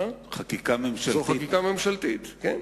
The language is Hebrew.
כן.